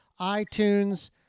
itunes